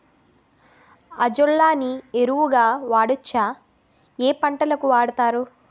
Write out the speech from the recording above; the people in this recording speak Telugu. అజొల్లా ని ఎరువు గా వాడొచ్చా? ఏ పంటలకు వాడతారు?